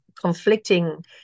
conflicting